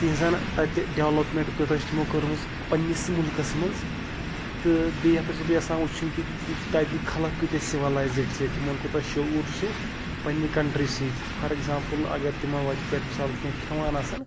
تِہنٛزَن تَتہِ ڈیولَپمٮ۪نٛٹ کۭتیاہ چھِ تِمو کٔرمٕژ پنٛنِس مُلکَس منٛز تہٕ بیٚیہِ ہَسا چھُس بہٕ یَژھان وٕچھُن کہِ تہِ تَتہِ خلق کۭتیٛاہ سِولایزٕڈ چھِ تِمَن کوٗتاہ شعوٗر چھِ پنٛنہِ کَنٹرٛی سۭتۍ فار ایٚکزامپٕل اگر تِمَن وَتہِ پٮ۪ٹھ مِثال کینٛہہ کھٮ۪وان آسَن